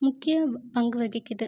முக்கிய பங்கு வகிக்கிறது